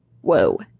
whoa